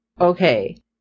okay